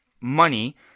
money